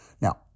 Now